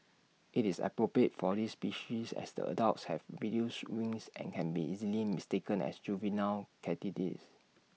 it's appropriate for this species as the adults have reduced wings and can be easily mistaken as juvenile katydids